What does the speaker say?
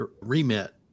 remit